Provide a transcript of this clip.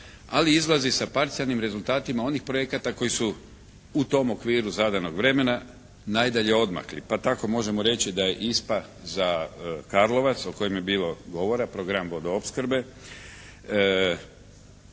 ali izlazi sa parcijalnim rezultatima onih projekata koji su u tom okviru zadanog vremena najdalje odmakli. Pa tako možemo reći da je ISPA za Karlovac o kojem je bilo govora program vodoopskrbe